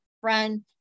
friend